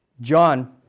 John